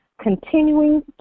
continuing